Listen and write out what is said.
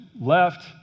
left